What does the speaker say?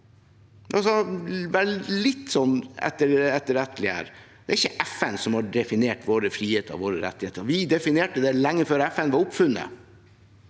Det er ikke FN som har definert våre friheter og våre rettigheter – vi definerte det lenge før FN var oppfunnet.